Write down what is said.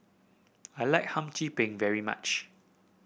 I like Hum Chim Peng very much